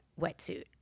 wetsuit